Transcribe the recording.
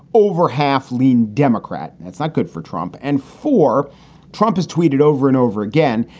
over half lean democrat. that's not good for trump and for trump has tweeted over. and over again,